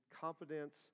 confidence